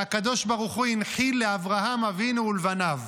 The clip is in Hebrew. שהקב"ה הנחיל לאברהם אבינו ולבניו.